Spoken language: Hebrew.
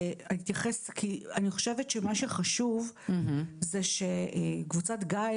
אני חושבת שמה שחשוב זה שקבוצת גיא,